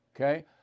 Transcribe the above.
okay